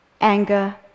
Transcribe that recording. anger